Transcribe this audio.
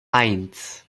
eins